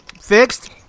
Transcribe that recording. fixed